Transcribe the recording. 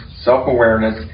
self-awareness